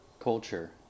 Culture